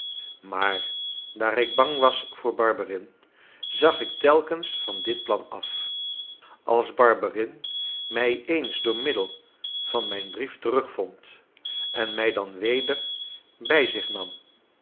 maar daar ik bang was voor barberin zag ik telkens van dit plan af als barberin mij eens door middel van mijn brief terugvond en mij dan weder bij zich nam